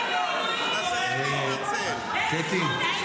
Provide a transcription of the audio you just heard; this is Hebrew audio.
--- חיילים במילואים.